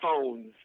phones